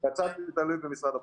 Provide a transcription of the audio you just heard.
--- בצד שזה תלוי במשרד הבריאות.